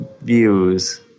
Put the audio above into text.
views